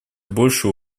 больше